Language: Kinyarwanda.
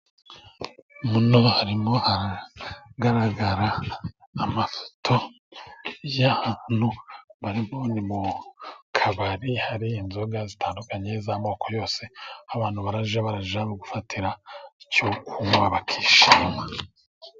Muno harimo hagaragara amafoto y'ahantu, ariko ni mu kabari hari inzoga zitandukanye z'amoko yose, abantu barajya gufatira icyo kunywa bakishima.